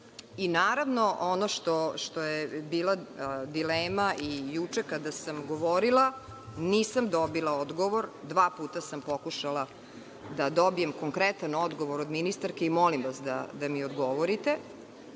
lakše. Naravno, ono što je bila dilema i juče kada sam govorila, nisam dobila odgovor, dva puta sam pokušala da dobijem konkretan odgovor od ministarke i molim vas da mi odgovorite.